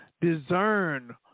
discern